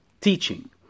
teaching